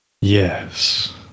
Yes